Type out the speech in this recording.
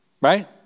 Right